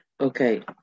Okay